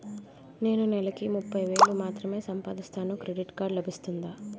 నేను నెల కి ముప్పై వేలు మాత్రమే సంపాదిస్తాను క్రెడిట్ కార్డ్ లభిస్తుందా?